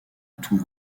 tous